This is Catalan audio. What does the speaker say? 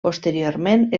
posteriorment